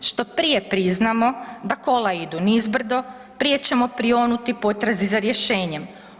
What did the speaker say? Što prije priznamo da kola idu nizbrdo prije ćemo prionuti potrazi za rješenjem.